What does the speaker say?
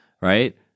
right